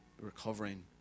recovering